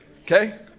Okay